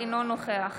אינו נוכח